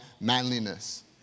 manliness